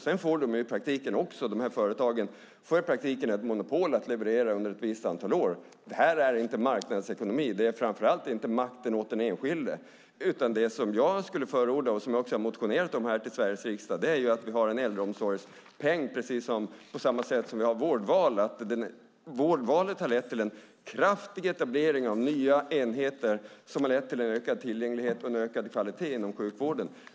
Sedan får i praktiken de här företagen monopol att leverera under ett visst antal år. Det här är inte marknadsekonomi. Det är framför allt inte makten åt den enskilde. Det som jag skulle förorda och som jag också har motionerat i Sveriges riksdag om är att vi har en äldreomsorgspeng på samma sätt som vi har vårdval. Vårdvalet har lett till en kraftig etablering av nya enheter som har lett till ökad tillgänglighet och en ökad kvalitet inom sjukvården.